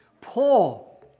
Paul